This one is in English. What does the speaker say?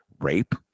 rape